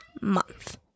month